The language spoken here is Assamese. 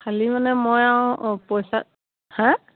খালি মানে মই আৰু পইচা হাঁ